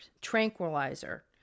tranquilizer